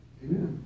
amen